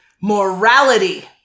Morality